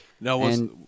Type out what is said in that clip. No